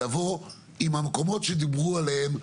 לבוא עם המקומות שדיברו עליהם,